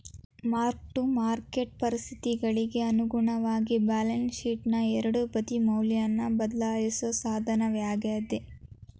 mark to market ಪರಿಸ್ಥಿತಿಗಳಿಗಿ ಅನುಗುಣವಾಗಿ balance ಶೇಟ್ನ ಎರಡೂ ಬದಿ ಮೌಲ್ಯನ ಬದ್ಲಾಯಿಸೋ ಸಾಧನವಾಗ್ಯಾದ